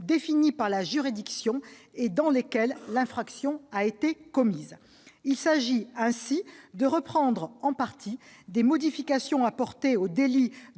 définis par la juridiction et dans lesquels l'infraction a été commise. Il s'agit ainsi de reprendre en partie des modifications apportées au délit